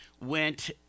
went